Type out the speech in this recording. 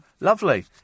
lovely